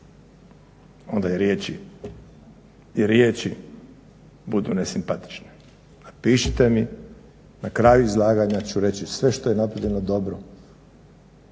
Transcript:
onda i riječi budu nesimpatične. Napišite mi na kraju izlaganja ću reći sve što je napravljeno dobro.